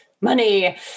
money